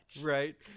Right